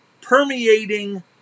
permeating